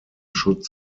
should